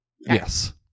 Yes